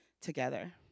together